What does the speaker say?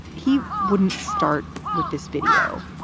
he wouldn't start with this video.